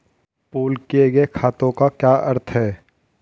Pool किए गए खातों का क्या अर्थ है?